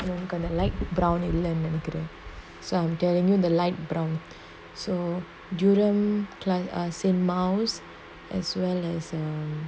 brown colour light brown இல்லனு நெனைகுரன்:illanu nenaikuran so I'm telling you the light brown so juram class ah senmouse as well as um